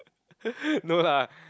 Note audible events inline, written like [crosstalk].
[laughs] no lah